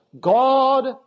God